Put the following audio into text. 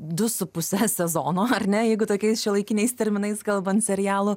du su puse sezono ar ne jeigu tokiais šiuolaikiniais terminais kalbant serialų